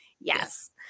yes